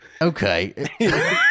okay